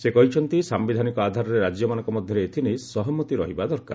ସେ କହିଛନ୍ତି ସାୟିଧାନିକ ଆଧାରରେ ରାଜ୍ୟମାନଙ୍କ ମଧ୍ୟରେ ଏଥିନେଇ ସହମତି ରହିବା ଦରକାର